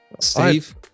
Steve